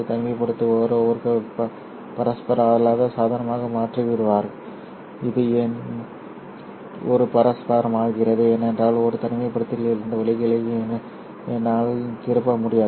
தனிமைப்படுத்துபவர் ஒரு பரஸ்பர அல்லாத சாதனமாக மாறிவிடுகிறார் இது ஏன் ஒரு பரஸ்பரமற்றது ஏனென்றால் ஒரு தனிமைப்படுத்தியின் வழிகளை என்னால் திருப்ப முடியாது